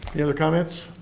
any other comments?